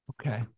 Okay